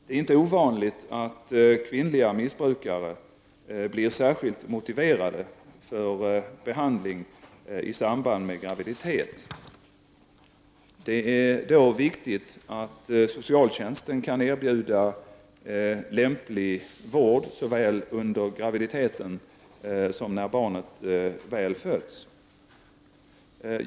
Det är inte ovanligt att kvinnliga missbrukare blir särskilt motiverade för behandling i samband med graviditet. Det är då viktigt att socialtjänsten kan erbjuda lämplig vård såväl under graviditeten som när barnet väl är fött.